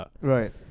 right